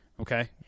Okay